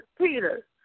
Peter